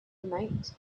night